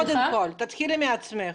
קודם כול תתחילי מעצמך.